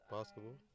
Basketball